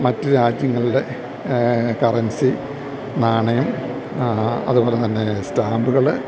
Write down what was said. മറ്റ് രാജ്യങ്ങളിലെ കറൻസി നാണയം അതുപോലെ തന്നെ സ്റ്റാമ്പുകൾ